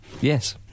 Yes